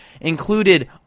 included